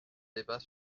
débat